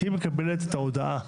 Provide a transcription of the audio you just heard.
היא מקבלת את ההודעה.